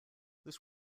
this